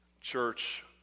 Church